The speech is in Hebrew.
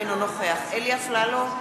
אינו נוכח אלי אפללו,